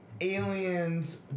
aliens